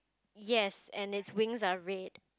yes and it's wings are red